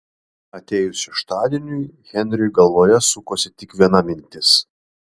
atėjus šeštadieniui henriui galvoje sukosi tik viena mintis